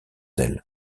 ailes